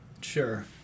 Sure